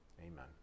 Amen